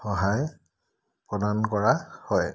সহায় প্ৰদান কৰা হয়